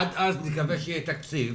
עד אז נקווה שיהיה תקציב